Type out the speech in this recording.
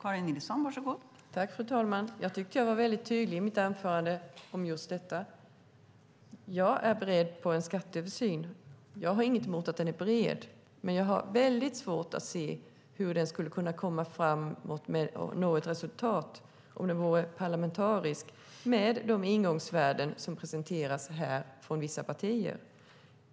Fru talman! Jag tyckte att jag var väldigt tydlig i mitt anförande när det gäller detta. Jag är beredd på en skatteöversyn och har ingenting emot att den är bred, men jag har väldigt svårt att se hur den skulle kunna nå ett resultat om den vore parlamentarisk med de ingångsvärden som presenteras här från vissa partier.